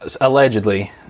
allegedly